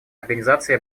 организации